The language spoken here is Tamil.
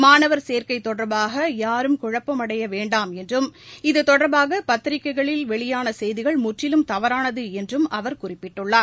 மாணவர் சேர்க்கை தொடர்பாக யாரும் குழப்பம் அடைய வேண்டாம் என்றும் இது தொடர்பாக பத்திரிகைகளில் வெளியான செய்திகள் முற்றிலும் தவறானது என்றும் அவர் குறிப்பிட்டுள்ளார்